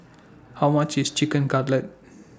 How much IS Chicken Cutlet